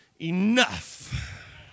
enough